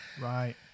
Right